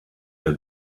der